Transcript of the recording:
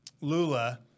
Lula